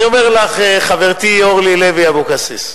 חברתי אורלי לוי אבקסיס,